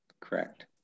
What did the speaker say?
Correct